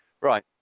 Right